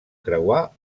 creuar